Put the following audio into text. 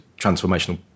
transformational